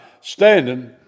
standing